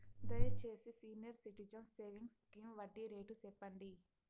దయచేసి senior citizens savings scheme వడ్డీ rate సెప్పండి